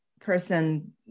person